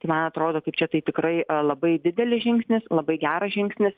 tai man atrodo kaip čia tai tikrai labai didelis žingsnis labai geras žingsnis